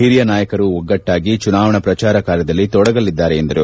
ಓರಿಯ ನಾಯಕರು ಒಟ್ಟಾಗಿ ಚುನಾವಣಾ ಪ್ರಚಾರ ಕಾರ್ಯದಲ್ಲಿ ತೊಡಗಲಿದ್ದಾರೆ ಎಂದರು